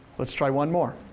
let's try one more.